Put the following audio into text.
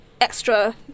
Extra